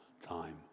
time